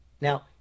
Now